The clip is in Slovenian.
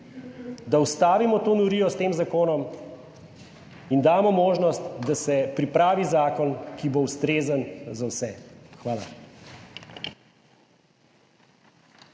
da ustavimo to norijo s tem zakonom in damo možnost, da se pripravi zakon, ki bo ustrezen za vse. Hvala.